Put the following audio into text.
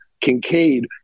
kincaid